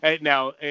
Now